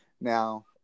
Now